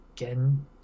again